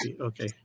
Okay